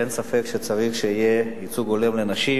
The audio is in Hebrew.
אין ספק שצריך שיהיה בו ייצוג הולם לנשים.